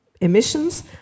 emissions